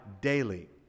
daily